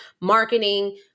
marketing